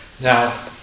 Now